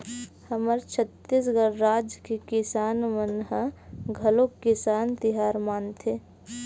हमर छत्तीसगढ़ राज के किसान मन ह घलोक किसान तिहार मनाथे